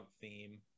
theme